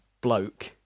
bloke